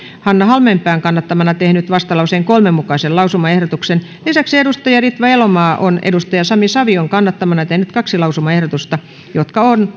hanna halmeenpään kannattamana tehnyt vastalauseen kolmen mukaisen lausumaehdotuksen lisäksi ritva elomaa on sami savion kannattamana tehnyt kaksi lausumaehdotusta jotka on